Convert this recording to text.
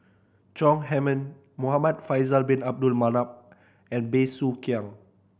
Chong Heman Muhamad Faisal Bin Abdul Manap and Bey Soo Khiang